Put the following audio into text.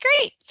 great